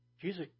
Jesus